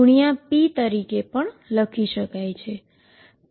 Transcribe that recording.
જે 2πhp તરીકે પણ લખી શકાય છે